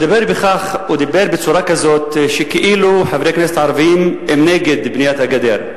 הוא דיבר בצורה כזאת שכאילו חברי כנסת ערבים הם נגד בניית הגדר.